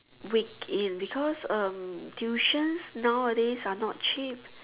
weak in because um tuitions nowadays are not cheap